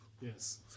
Yes